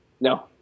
No